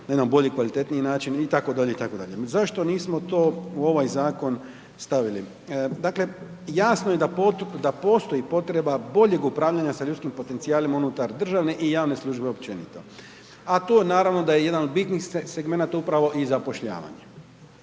na jedan bolji i kvalitetniji način itd., itd. Zašto nismo to u ovaj zakon stavili? Dakle, jasno je da postoji potreba boljeg upravljanja sa ljudskim potencijalima unutar državne i javne službe općenito, a to naravno da je jedan od bitnih segmenata, upravo i zapošljavanje.